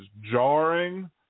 jarring